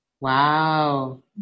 Wow